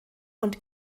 und